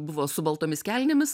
buvo su baltomis kelnėmis